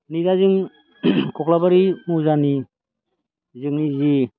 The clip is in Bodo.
नैदा जों कख्लाबारि मौजानि जोंनि जि